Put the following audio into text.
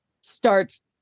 starts